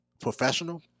professional